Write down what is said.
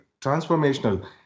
transformational